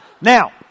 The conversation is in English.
Now